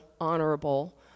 honorable